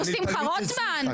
הוא שמחה רוטמן?